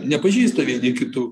nepažįsta vieni kitų